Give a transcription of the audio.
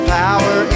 power